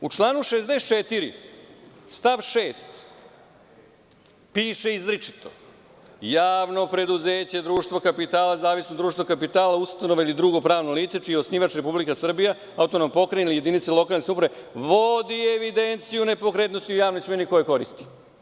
U članu 64. stav 6. piše izričito – javno preduzeće, društvo kapitala, zavisna društva kapitala, ustanova ili drugo pravno lice čiji je osnivač Republika Srbija, autonomna pokrajina, jedinica lokalne samouprave vodi evidenciju o nepokretnosti javne svojine koju koristi.